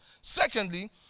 Secondly